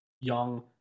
young